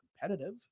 competitive